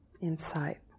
insight